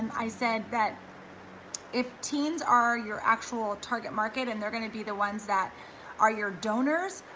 i said that if teens are your actual target market and they're gonna be the ones that are your donors,